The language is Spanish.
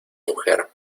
mujer